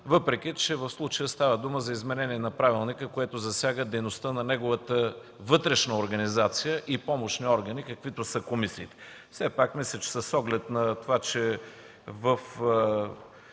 въпреки че в случая става дума за изменение на правилника, което засяга дейността на неговата вътрешна организация и помощни органи, каквито са комисиите. С оглед на това, че